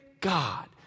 God